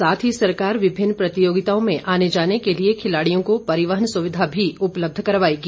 साथ ही सरकार विभिन्न प्रतियोगिताओं में आने जाने के लिए खिलाड़ियों को परिवहन सुविधा भी उपलब्य करवाएगी